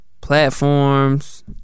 platforms